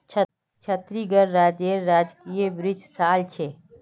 छत्तीसगढ़ राज्येर राजकीय वृक्ष साल छे